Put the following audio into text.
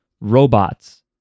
robots